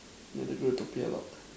talking aloud